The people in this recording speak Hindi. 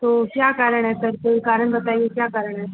तो क्या कारण है सर कोई कारण बताइए क्या कारण है